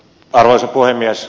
arvoisa puhemies